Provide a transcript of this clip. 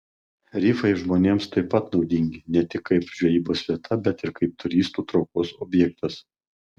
rifai žmonėms taip pat naudingi ne tik kaip žvejybos vieta bet ir kaip turistų traukos objektas